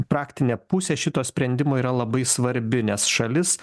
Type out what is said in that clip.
praktinė pusė šito sprendimo yra labai svarbi nes šalis